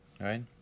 right